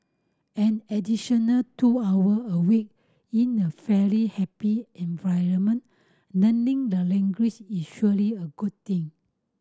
an additional two hour a week in a fairly happy environment learning the language is surely a good thing